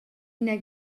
ina